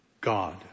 God